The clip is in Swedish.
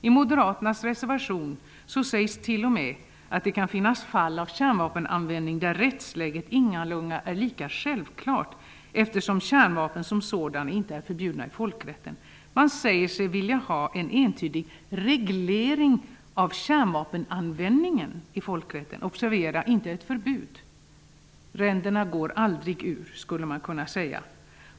I moderaternas reservation sägs t.o.m. att det kan finnas fall av kärnvapenanvändning där rättsläget ingalunda är lika självklart eftersom kärnvapen som sådana inte är förbjudna i folkrätten. De säger sig vilja ha en entydig reglering av kärnvapenanvändningen i folkrätten -- observera att de inte vill ha ett förbud. Ränderna går aldrig ur, skulle man kunna säga.